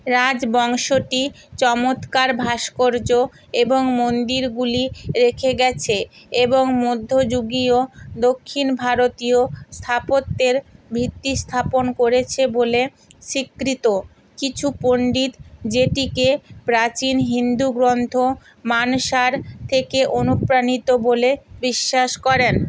রাজবংশটি চমৎকার ভাস্কর্য এবং মন্দিরগুলি রেখে গেছে এবং মধ্যযুগীয় দক্ষিণ ভারতীয় স্থাপত্যের ভিত্তি স্থাপন করেছে বলে স্বীকৃত কিছু পণ্ডিত যেটিকে প্রাচীন হিন্দু গ্রন্থ মানসার থেকে অনুপ্রাণিত বলে বিশ্বাস করেন